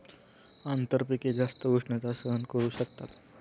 आंतरपिके जास्त उष्णता सहन करू शकतात